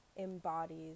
embodies